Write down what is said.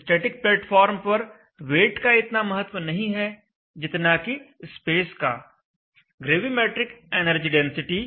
static platform पर weight का इतना महत्व नहीं है जितना कि स्पेस का ग्रेविमेट्रिक एनर्जी डेंसिटी